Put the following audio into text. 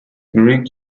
greek